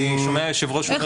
אני שומע היושב ראש,